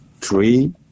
three